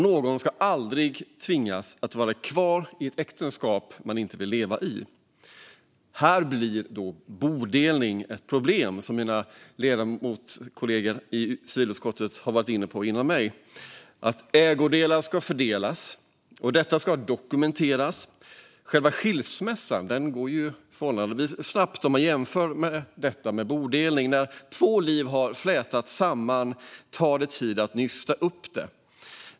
Ingen ska någonsin tvingas vara kvar i ett äktenskap man inte vill leva i. Här blir bodelningen ett problem, vilket mina kollegor i civilutskottet har varit inne på före mig. Ägodelar ska fördelas, och detta ska dokumenteras. Själva skilsmässan går förhållandevis snabbt om man jämför med bodelningen. När två liv har flätats samman tar det tid att nysta upp dem.